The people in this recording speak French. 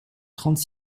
trente